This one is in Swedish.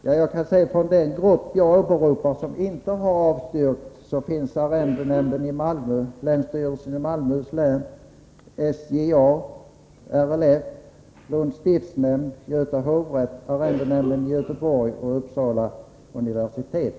Herr talman! Till den grupp som jag åberopade och som inte har avstyrkt hör bl.a. arrendenämnden i Malmö, länsstyrelsen i Malmöhus län, SJA, LRF, Lunds stiftsnämnd, Göta hovrätt, arrendenämnden i Göteborg och Uppsala universitet.